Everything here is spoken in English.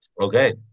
Okay